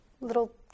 little